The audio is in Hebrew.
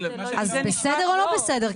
אז בסדר או לא בסדר?